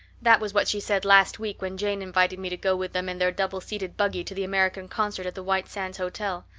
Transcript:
that was what she said last week when jane invited me to go with them in their double-seated buggy to the american concert at the white sands hotel.